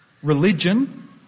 Religion